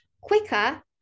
quicker